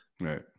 right